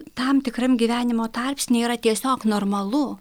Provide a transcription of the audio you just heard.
tam tikram gyvenimo tarpsnyje yra tiesiog normalu